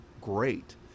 great